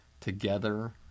Together